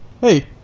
Hey